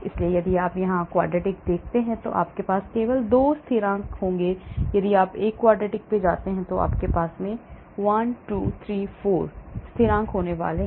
इसलिए यदि आप यहाँ एक quadratic देखते हैं तो आपके पास केवल 2 स्थिरांक होंगे यदि आप एक quartic पर जाते हैं तो आपके पास 1 2 3 4 स्थिरांक होने वाले हैं